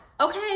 Okay